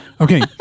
Okay